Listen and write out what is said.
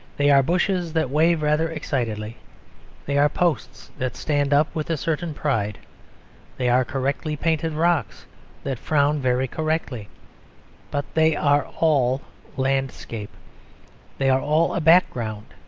they are bushes that wave rather excitedly they are posts that stand up with a certain pride they are correctly painted rocks that frown very correctly but they are all landscape they are all a background.